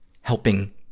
helping